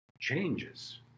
changes